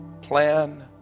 plan